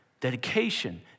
dedication